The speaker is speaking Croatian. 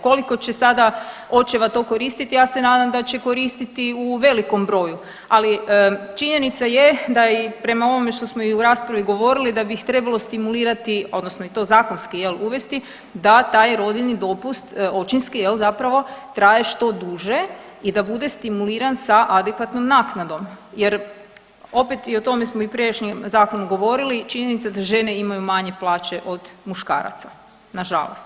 Koliko će sada očeva to koristiti, ja se nadam da će koristiti u velikom broju, ali činjenica je da je i u prema ovom što smo i u raspravi govorili, da bi ih trebalo stimulirati, odnosno i to zakonski, je l', uvesti da taj rodiljni dopust, očinski, je l' zapravo, traje što duže i da bude stimuliran sa adekvatnom naknadom jer opet, o tome smo i u prijašnjem zakonu govorili i činjenica je da žene imaju manje plaće od muškaraca, nažalost.